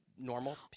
normal